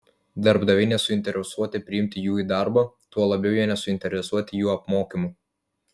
darbdaviai nesuinteresuoti priimti jų į darbą tuo labiau jie nesuinteresuoti jų apmokymu